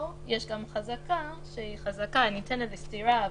או יש גם חזקה, היא חזקה הניתנת לסתירה אבל,